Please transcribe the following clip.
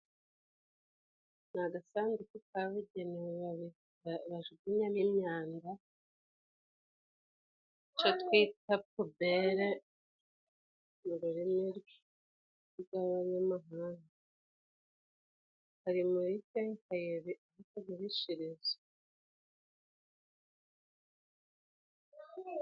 Ni agasanduku kabugenewe ba bajugunyamo imyanda co twita pubere mu rurimi rw'abanyamahanga, Kari muri kenkayori aho bagurishiriza.